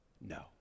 no